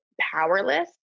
powerless